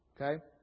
Okay